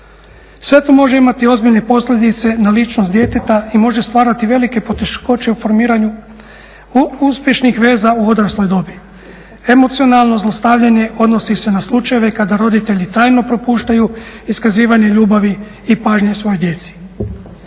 Sve to može imati ozbiljne posljedice na ličnost djeteta i može stvarati velike poteškoće u formiranju uspješnih veza u odrasloj dobi. Emocionalno zlostavljanje odnosi se na slučajeve kada roditelji trajno propuštaju iskazivanje ljubavi i pažnje svojoj djeci.